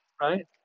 right